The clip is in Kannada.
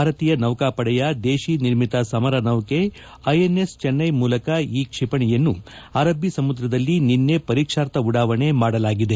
ಭಾರತೀಯ ನೌಕಾಪಡೆಯ ದೇಶೀನಿರ್ಮಿತ ಸಮರ ನೌಕೆ ಐಎನ್ಎಸ್ ಚೆನ್ನೈ ಮೂಲಕ ಈ ಕ್ಷಿಪಣಿಯನ್ನು ಅರಬ್ಬ ಸಮುದ್ರದಲ್ಲಿ ನಿನ್ನೆ ಪರೀಕ್ಷಾರ್ಥ ಉಡಾವಣೆ ಮಾಡಲಾಗಿದೆ